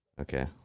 Okay